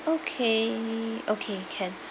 okay okay can